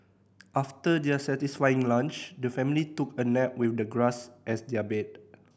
after their satisfying lunch the family took a nap with the grass as their bed